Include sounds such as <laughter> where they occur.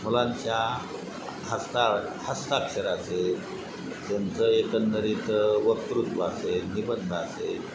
मुलांच्या हस्ता हस्ताक्षराचे <unintelligible> एकंदरीत वक्तृत्वाचे निबंधाचे